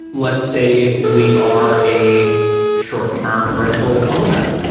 let's say we are a short-term rental owner.